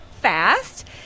fast